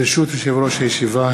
ברשות יושב-ראש הישיבה,